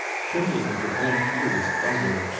trembling with their own furious thunder.